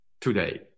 today